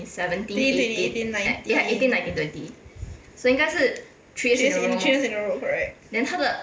twenty eighteen nineteen three ye~ three years in a row correct